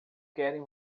querem